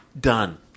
Done